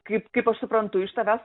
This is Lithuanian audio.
kaip kaip aš suprantu iš tavęs